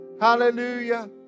Hallelujah